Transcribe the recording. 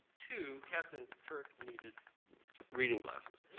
two, captain kirk needed reading glasses.